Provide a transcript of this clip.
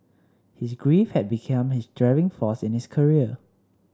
his grief had become his driving force in his career